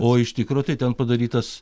o iš tikro tai ten padarytas